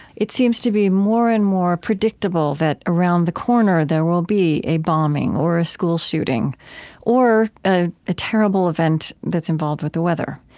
it seems to be more and more predictable that around the corner there will be a bombing or a school shooting or ah a terrible event that's involved with the weather.